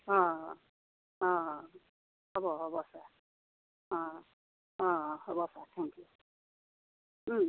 অ' অ' হ'ব হ'ব ছাৰ অ' অ' হ'ব ছাৰ থেংক ইউ